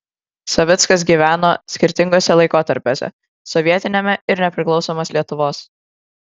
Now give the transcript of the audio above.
savickas gyveno skirtinguose laikotarpiuose sovietiniame ir nepriklausomos lietuvos